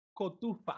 cotufa